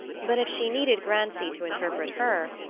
but if she needed grancy to interpret her,